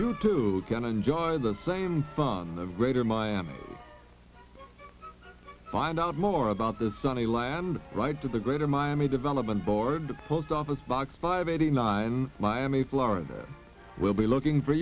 you too can enjoy the same fun the greater miami find out more about the sunny land ride to the greater miami development board the post office box five eighty nine miami florida we'll be looking for